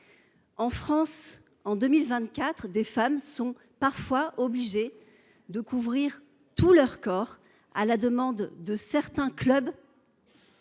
En France, en 2024, des femmes sont parfois obligées de couvrir tout leur corps à la demande de certains clubs